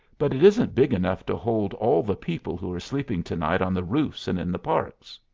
but it isn't big enough to hold all the people who are sleeping to-night on the roofs and in the parks.